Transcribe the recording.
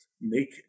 Make